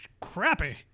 crappy